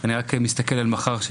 אני רק מסתכל על מחר,